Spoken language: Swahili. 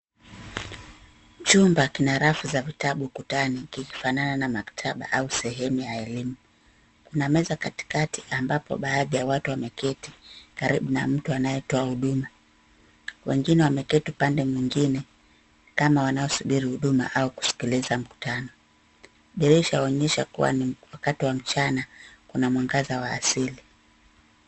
Chumba kina rafu za vitabu kutani ikifanana na maktaba au sehemu ya elimu. Kuna meza katikati ambapo baadhi ya watu wameketi karibu na mtu anayetoa huduma. Wengine wameketi upande mwingine kama wanaosubiri huduma au kusikiliza mkutano. Dirisha yaonyesha kuwa ni wakati wa mchana, kuna mwangaza wa asili.